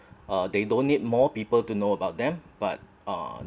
uh they don't need more people to know about them but uh